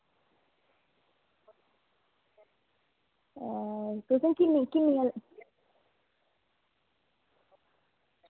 तुसें किन्नी किन्नी